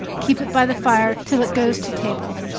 keep it by the fire till it goes to table.